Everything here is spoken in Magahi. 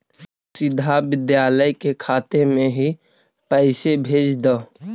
तु सीधा विद्यालय के खाते में ही पैसे भेज द